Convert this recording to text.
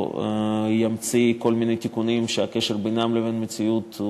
או ימציא כל מיני תיקונים שהקשר בינם לבין המציאות,